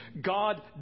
God